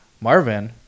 Marvin